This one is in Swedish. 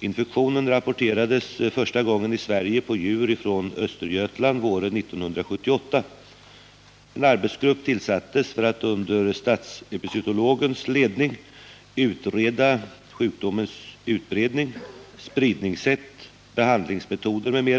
Infektionen rapporterades första gången i Sverige på djur från Östergötland våren 1978. En arbetsgrupp tillsattes för att under statsepizootologens ledning utreda sjukdomens utbredning, spridningssätt, behandlingsmetoder m.m.